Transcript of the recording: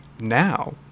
now